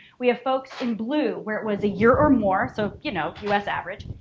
we have folks in blue where it was a year or more, so you know us average,